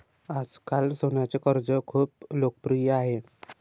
आजकाल सोन्याचे कर्ज खूप लोकप्रिय आहे